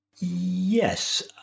Yes